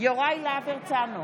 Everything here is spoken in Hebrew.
יוראי להב הרצנו,